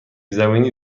زمینی